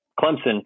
clemson